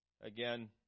Again